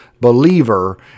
believer